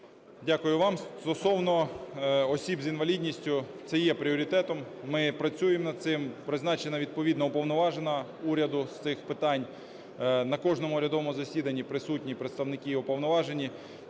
Дякую вам. Стосовно осіб з інвалідністю, це є пріоритетом. Ми працюємо над цим. Призначена відповідно уповноважена уряду з цих питань. На кожному урядовому засіданні присутні представники і уповноважені.